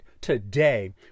today